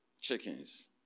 chickens